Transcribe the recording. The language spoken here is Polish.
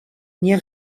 nie